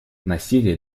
насилие